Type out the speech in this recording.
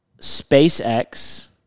SpaceX